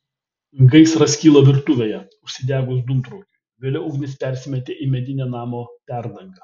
gaisras kilo virtuvėje užsidegus dūmtraukiui vėliau ugnis persimetė į medinę namo perdangą